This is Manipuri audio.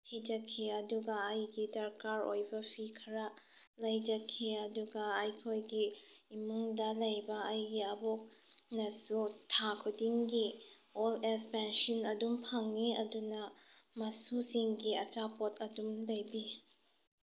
ꯊꯤꯖꯈꯤ ꯑꯗꯨꯒ ꯑꯩꯒꯤ ꯗꯔꯀꯥꯔ ꯑꯣꯏꯕ ꯐꯤ ꯈꯔ ꯂꯩꯖꯈꯤ ꯑꯗꯨꯒ ꯑꯩꯈꯣꯏꯒꯤ ꯏꯃꯨꯡꯗ ꯂꯩꯕ ꯑꯩꯒꯤ ꯑꯕꯣꯛꯅꯁꯨ ꯊꯥ ꯈꯨꯗꯤꯡꯒꯤ ꯑꯣꯜ ꯑꯦꯖ ꯄꯦꯟꯁꯤꯟ ꯑꯗꯨꯝ ꯐꯪꯏ ꯑꯗꯨꯅ ꯃꯁꯨꯁꯤꯡꯒꯤ ꯑꯆꯥꯄꯣꯠ ꯑꯗꯨꯝ ꯂꯩꯕꯤ